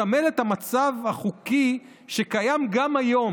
מסמל את המצב החוקי שקיים גם היום